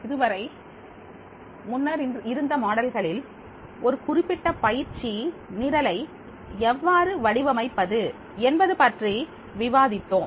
இதுவரை முன்னர் இருந்த மாடல்களில் ஒரு குறிப்பிட்ட பயிற்சி நிரலை எவ்வாறு வடிவமைப்பது என்பது பற்றி விவாதித்தோம்